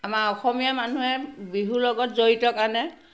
আমাৰ অসমীয়া মানুহে বিহুৰ লগত জড়িত কাৰণে